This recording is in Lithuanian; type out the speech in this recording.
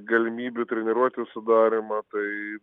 galimybių treniruočių sudarymą tai